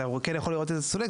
אתה כן יכול לראות אצל הסולק,